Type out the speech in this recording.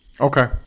Okay